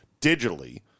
digitally